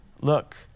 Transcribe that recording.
Look